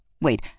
Wait